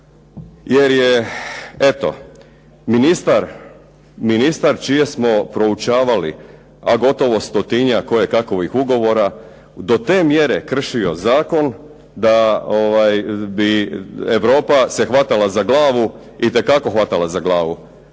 jer je eto ministar čije smo proučavali a gotovo stotinjak kojekakovih ugovora do te mjere kršio zakon da bi Europa se hvatala za glavu, itekako hvatala za glavu.